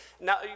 Now